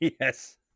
Yes